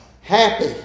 happy